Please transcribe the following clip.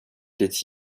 ditt